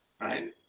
Right